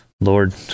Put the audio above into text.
Lord